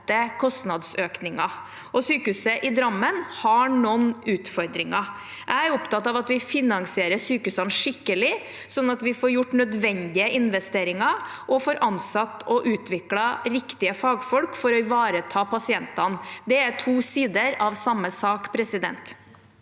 kostnadsøkninger, og sykehuset i Drammen har noen utfordringer. Jeg er opptatt av at vi finansierer sykehusene skikkelig, slik at vi får gjort nødvendige investeringer og får ansatt og utviklet riktige fagfolk til å ivareta pasientene. Det er to sider av samme sak. Marian